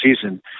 season